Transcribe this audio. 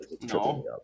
No